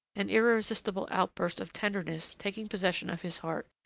an irresistible outburst of tenderness taking possession of his heart,